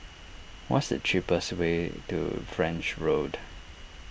what is the cheapest way to French Road